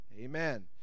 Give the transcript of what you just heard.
Amen